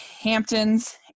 Hamptons